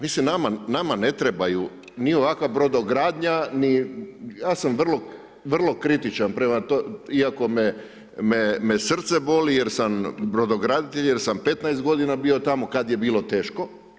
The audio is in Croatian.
Mislim nama ne trebaju ni ovakva brodogradnja, ni ja sam vrlo kritičan prema tome, iako me srce boli jer sam brodograditelj, jer sam 15 g. bio tamo kada je bilo teško.